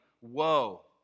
woe